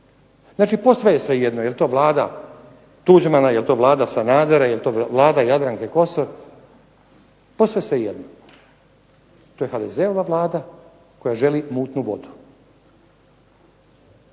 Znači posve je svejedno jel to Vlada Tuđmana, jel to Vlada Sanadera, jel to Vlada Jadranke Kosor, posve svejedno. To je HDZ-ova Vlada koja želi mutnu vodu.